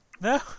No